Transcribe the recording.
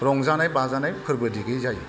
रंजानाय बाजानाय फोरबो दिगै जायो